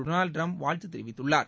Donald Trump வாழ்த்து தெரிவித்துள்ளார்